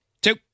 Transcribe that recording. two